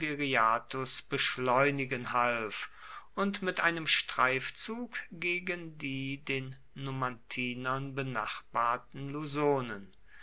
beschleunigen half und mit einem streifzug gegen die den numantinern benachbarten lusonen